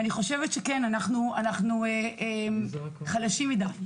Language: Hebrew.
ואני חושבת שכן אנחנו חלשים מדי.